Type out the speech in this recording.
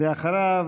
ואחריו,